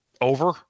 Over